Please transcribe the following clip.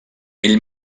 ell